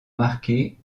marqué